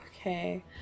Okay